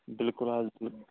بالکل حظ بل